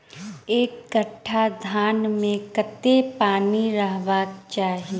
एक कट्ठा धान मे कत्ते पानि रहबाक चाहि?